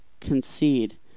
concede